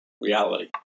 reality